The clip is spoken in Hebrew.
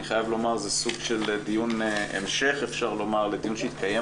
זה סוג של דיון המשך לדיון שהתקיים